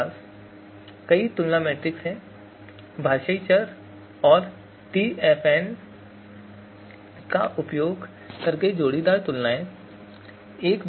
हमारे पास कई तुलना मैट्रिक्स हैं भाषाई चर और फिर टीएफएन का उपयोग करके जोड़ीदार तुलनाएं हैं